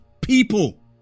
people